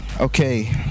okay